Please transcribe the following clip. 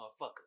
motherfucker